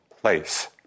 place